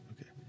Okay